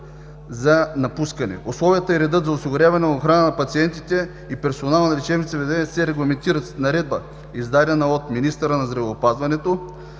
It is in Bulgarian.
за напускане. Условията и редът за осигуряване на охрана на пациентите и персонала на лечебните заведения се регламентират с наредба, издадена от министъра на здравеопазването